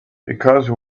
because